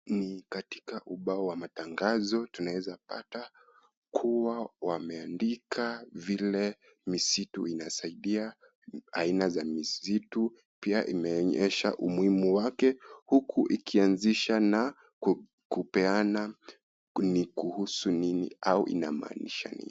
Katika ubao wa matangazo tunaezapata kuwa wameandika vile misitu inasaidia, Aina za misitu, pia ikionyesha umuhimu wake huku ikianzisha na kupeana, kuhusu nini au inamaanisha nini.